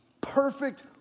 perfect